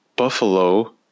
Buffalo